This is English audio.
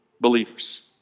believers